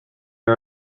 are